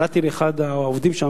קראתי לאחד העובדים שם